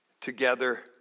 together